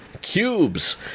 cubes